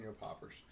poppers